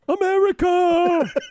America